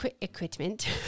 Equipment